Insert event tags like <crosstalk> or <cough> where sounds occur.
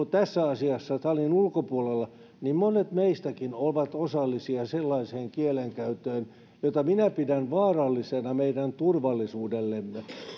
<unintelligible> tässä asiassa salin ulkopuolella niin monet meistäkin ovat osallisia sellaiseen kielenkäyttöön jota minä pidän vaarallisena meidän turvallisuudellemme